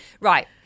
Right